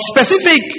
Specific